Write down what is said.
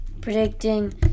predicting